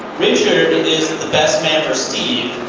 richard and is the best man for steve,